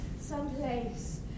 someplace